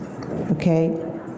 okay